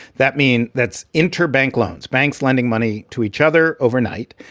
that mean that's interbank loans, banks lending money to each other overnight.